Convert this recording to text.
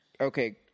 okay